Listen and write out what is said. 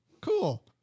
cool